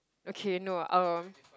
okay no uh